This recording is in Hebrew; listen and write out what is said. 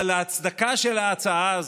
אבל ההצדקה של ההצעה הזאת,